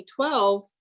2012